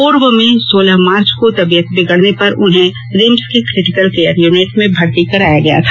पूर्व में सोलह मार्च को तबीयत बिगड़ने पर उन्हें रिम्स के किटिकल केयर यूनिट में भर्ती कराया गया था